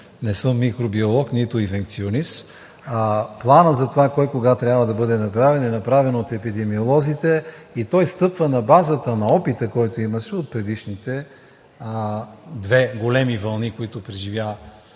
не съм микробиолог, нито инфекционист, а планът за това кой кога трябва да бъде затварян, е направен от епидемиолозите, и той стъпва на базата на опита, който имаше от предишните две големи вълни, които преживя